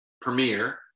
premiere